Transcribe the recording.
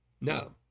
No